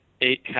eight